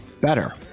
better